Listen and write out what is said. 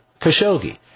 Khashoggi